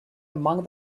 among